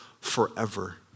forever